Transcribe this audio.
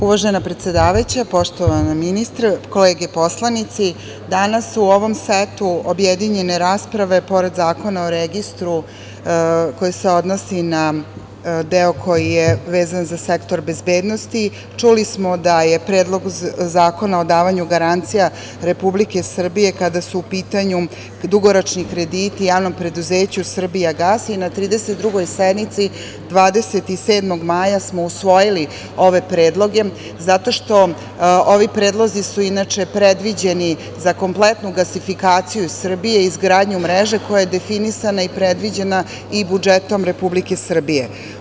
Uvažena predsedavajuća, poštovana ministre, kolege poslanici, danas u ovom setu objedinjene rasprave pored Zakona o registru koji se odnosi na deo koji je vezan za sektor bezbednosti, čuli smo da je Predlog zakona o davanju garancija Republike Srbije kada su u pitanju dugoročni krediti JP „Srbijagas“ i na 32. sednici 27. maja smo usvojili ove predloge, zato što ovi predlozi su inače predviđeni za kompletnu gasifikaciju Srbije i izgradnju mreže koja je definisana i predviđena i budžetom Republike Srbije.